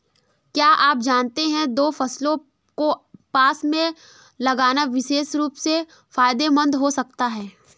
क्या आप जानते है दो फसलों को पास में लगाना विशेष रूप से फायदेमंद हो सकता है?